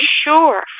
sure